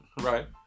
right